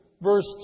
verse